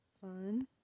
fun